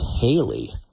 Haley